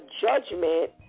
judgment